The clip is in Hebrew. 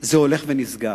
שזה הולך ונסגר.